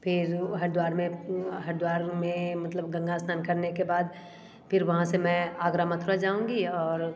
फिर हरिद्वार में हरिद्वार में मतलब गंगा स्नान करने के बाद फिर वहाँ से मैं आगरा मथुरा जाऊँगी और